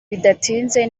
bidatinze